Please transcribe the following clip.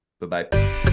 Bye-bye